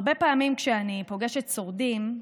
הרבה פעמים כשאני פוגשת שורדים,